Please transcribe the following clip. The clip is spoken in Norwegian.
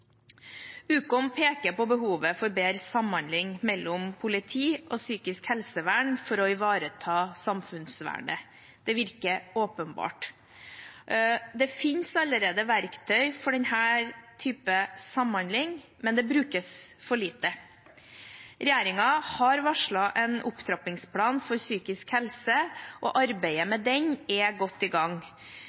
peker på behovet for bedre samhandling mellom politi og psykisk helsevern for å ivareta samfunnsvernet. Det virker åpenbart. Det finnes allerede verktøy for denne typen samhandling, men de brukes for lite. Regjeringen har varslet en opptrappingsplan for psykisk helse, og arbeidet med den er godt i gang.